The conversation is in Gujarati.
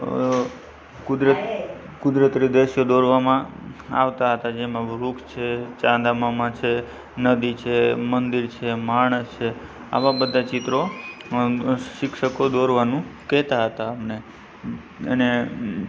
કુદરત કુદરતી દ્રશ્યો દોરવામાં આવતાં હતાં જેમાં વૃક્ષ છે ચાંદામામા છે નદી છે મંદિર છે માણસ છે આવાં બધાં ચિત્રો અ શિક્ષકો દોરવાનું કહેતા હતા અમને અને